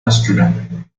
masculin